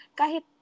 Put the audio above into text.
kahit